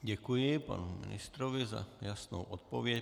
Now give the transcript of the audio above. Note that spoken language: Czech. Děkuji panu ministrovi za jasnou odpověď.